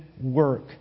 work